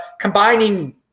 combining